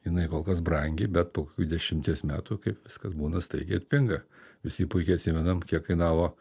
jinai kol kas brangi bet po kokių dešimties metų kaip viskas būna staigiai atpinga visi puikiai atsimenam kiek kainavo